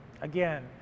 Again